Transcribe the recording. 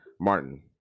Martin